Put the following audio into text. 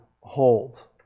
hold